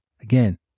Again